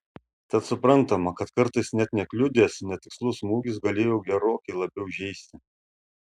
tad suprantama kad kartais net nekliudęs netikslus smūgis galėjo gerokai labiau žeisti